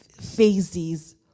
phases